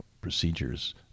procedures